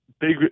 big